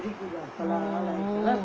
mm